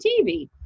TV